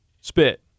spit